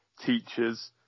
teachers